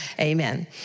Amen